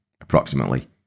approximately